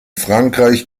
frankreich